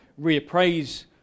reappraise